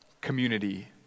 community